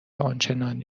آنچنانی